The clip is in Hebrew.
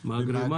במאגרים,